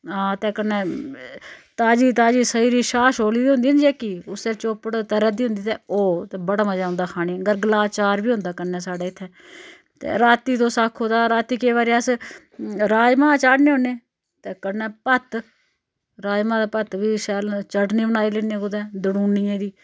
हां ते कन्नै ताज़ी ताज़ी सवेरे दी छा छोल्ली दी होंदी हुंदी जेह्की उसी चौपड़ तरह दी होंदी ते ओह् बड़ा मज़ा औंदा खाने दा गरगला दा चार बी होंदा कन्नै साढ़ै इत्थें ते राती तुस आक्खो तां रातीं केईं बारी अस राज़मां चाढ़ने होन्नें ते कन्नै भत्त राज़मां ते भत्त बी शैल चटनी बनाई लैने कुदै दड़ुनियें दी